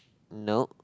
nope